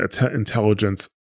intelligence